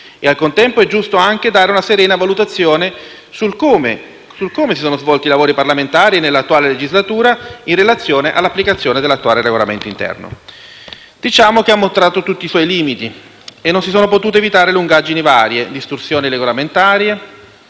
Al contempo, è giusto anche dare una serena valutazione sul come si sono svolti i lavori parlamentari nell'attuale legislatura in relazione all'applicazione dell'attuale Regolamento interno. Diciamo che il Regolamento ha mostrato tutti i suoi limiti e non si sono potute evitare lungaggini varie, distorsioni regolamentari,